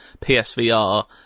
PSVR